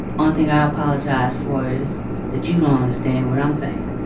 um thing i apologize for is that you don't understand what i'm saying.